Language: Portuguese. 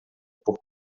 por